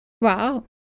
Wow